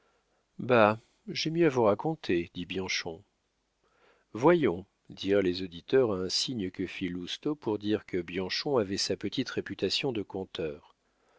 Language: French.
j'ai mieux à vous conter dit bianchon voyons dirent les auditeurs à un signe que fit lousteau pour dire que bianchon avait sa petite réputation de conteur